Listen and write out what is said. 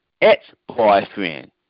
ex-boyfriend